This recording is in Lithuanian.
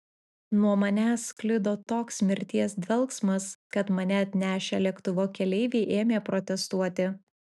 nuo manęs sklido toks mirties dvelksmas kad mane atnešę lėktuvo keleiviai ėmė protestuoti